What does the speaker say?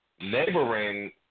neighboring